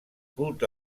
culte